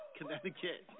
Connecticut